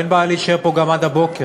ואין בעיה להישאר פה גם עד הבוקר,